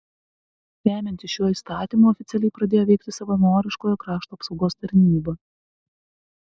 remiantis šiuo įstatymu oficialiai pradėjo veikti savanoriškoji krašto apsaugos tarnyba